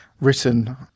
written